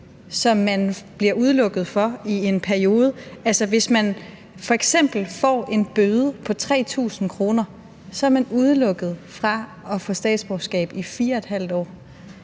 som man bliver udelukket fra i en periode. Altså, hvis man f.eks. får en bøde på 3.000 kr., er man udelukket fra at få statsborgerskab i 4½ år.